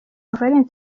valens